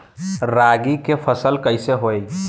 रागी के फसल कईसे होई?